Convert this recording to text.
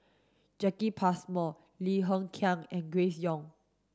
Jacki Passmore Lim Hng Kiang and Grace Young